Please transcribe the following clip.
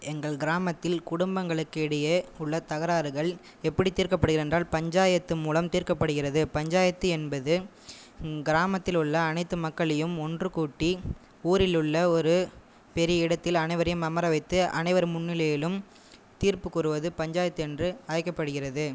எங்கள் கிராமத்தில் குடும்பங்களுக்கு இடையே உள்ள தகராறுகள் எப்படி தீர்க்கப்படுகிறது என்றால் பஞ்சாயத்து மூலம் தீர்க்கப்படுகிறது பஞ்சாயத்து என்பது கிராமத்தில் உள்ள அனைத்து மக்களையும் ஒன்று கூட்டி ஊரில் உள்ள ஒரு பெரிய இடத்தில் அனைவரையும் அமர வைத்து அனைவர் முன்னிலையிலும் தீர்ப்பு கூறுவது பஞ்சாயத்து என்று அழைக்கப்படுகிறது